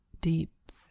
deep